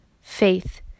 faith